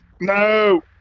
No